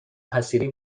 حصیری